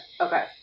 Okay